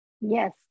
Yes